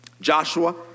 Joshua